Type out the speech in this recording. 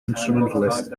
instrumentalist